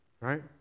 right